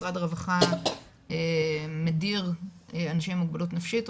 משרד הרווחה מדיר אנשים עם מוגבלות נפשית,